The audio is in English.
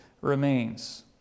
remains